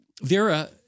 Vera